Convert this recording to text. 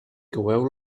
coeu